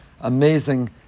amazing